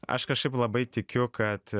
aš kažkaip labai tikiu kad